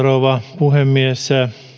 rouva puhemies